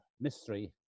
mystery